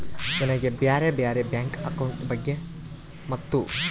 ನನಗೆ ಬ್ಯಾರೆ ಬ್ಯಾರೆ ಬ್ಯಾಂಕ್ ಅಕೌಂಟ್ ಬಗ್ಗೆ ಮತ್ತು?